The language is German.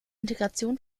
integration